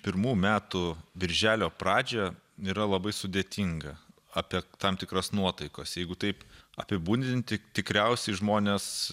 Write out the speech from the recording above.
pirmų metų birželio pradžią yra labai sudėtinga apie tam tikras nuotaikas jeigu taip apibūdinti tikriausiai žmonės